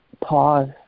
pause